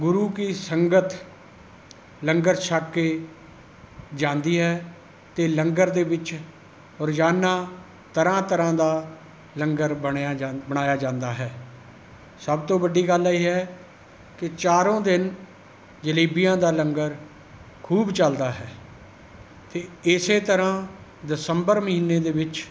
ਗੁਰੂ ਕੀ ਸੰਗਤ ਲੰਗਰ ਛੱਕ ਕੇ ਜਾਂਦੀ ਹੈ ਅਤੇ ਲੰਗਰ ਦੇ ਵਿੱਚ ਰੋਜ਼ਾਨਾ ਤਰ੍ਹਾਂ ਤਰ੍ਹਾਂ ਦਾ ਲੰਗਰ ਬਣਿਆ ਜਾਂ ਬਣਾਇਆ ਜਾਂਦਾ ਹੈ ਸਭ ਤੋਂ ਵੱਡੀ ਗੱਲ ਇਹ ਹੈ ਕਿ ਚਾਰੋਂ ਦਿਨ ਜਲੇਬੀਆਂ ਦਾ ਲੰਗਰ ਖੂਬ ਚਲਦਾ ਹੈ ਅਤੇ ਇਸੇ ਤਰ੍ਹਾਂ ਦਸੰਬਰ ਮਹੀਨੇ ਦੇ ਵਿੱਚ